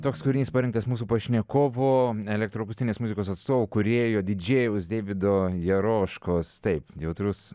toks kūrinys parinktas mūsų pašnekovo elektroninės muzikos atstovų kūrėjo didžėjaus deivido jeroškos taip jautrus